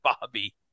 Bobby